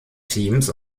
teams